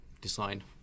design